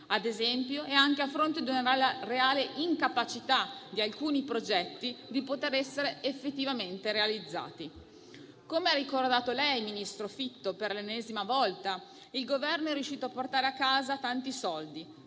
ad esempio, e anche a fronte di una reale incapacità di alcuni progetti di essere effettivamente realizzati. Come ha ricordato lei, ministro Fitto, per l'ennesima volta, il Governo è riuscito a portare a casa tanti soldi,